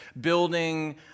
building